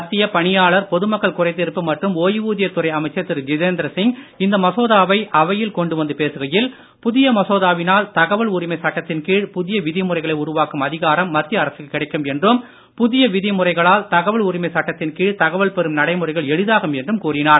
மத்திய பணியாளர் பொதுமக்கள் குறைதீர்ப்பு மற்றும் ஓய்வூதிய துறை அமைச்சர் திரு ஜிதேந்திர சிங் இந்த மசோதாவை அவையில் கொண்டு வந்து பேசுகையில் புதிய மசோதாவினால் தகவல் உரிமை சட்டத்தின் கீழ் புதிய விதிமுறைகளை உருவாக்கும் அதிகாரம் மத்திய அரசுக்கு கிடைக்கும் என்றும் புதிய விதிமுறைகளால் தகவல் உரிமை சட்டத்தின் கீழ் தகவல் பெறும் நடைமுறைகள் எளிதாகும் என்றும் கூறினார்